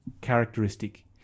characteristic